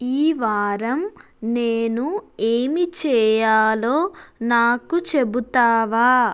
ఈ వారం నేను ఏమి చెయ్యాలో నాకు చెబుతావా